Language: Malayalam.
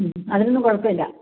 മ്മ് അതിനൊന്നും കുഴപ്പമില്ല